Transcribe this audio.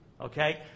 Okay